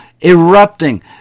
erupting